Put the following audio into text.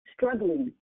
struggling